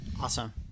Awesome